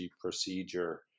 procedure